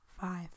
five